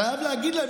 אני חייב להגיד להם,